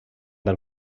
del